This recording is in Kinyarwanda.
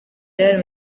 real